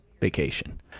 vacation